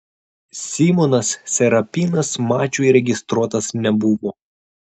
simonas serapinas mačui registruotas nebuvo